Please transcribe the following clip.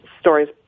stories